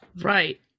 Right